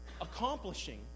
accomplishing